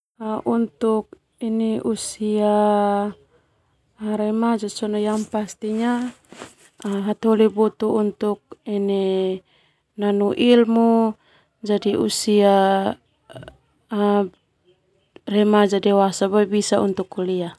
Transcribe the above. Untuk ini usia remaja sona yang pastinya hataholi butuh ilmu jadi usia remaja dewasa boe bisa kuliah.